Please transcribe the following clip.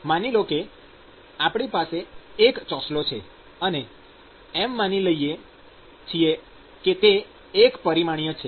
માની લો કે આપણી પાસે એક ચોસલો છે અને એમ માની લઈએ છીએ કે તે એક પરિમાણીય છે